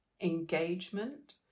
engagement